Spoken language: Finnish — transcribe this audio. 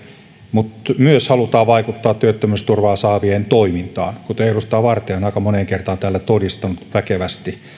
mutta halutaan vaikuttaa myös työttömyysturvaa saavien toimintaan kuten edustaja vartiainen on aika moneen kertaan täällä todistanut väkevästi